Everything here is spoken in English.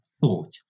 thought